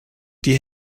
die